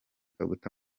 kaguta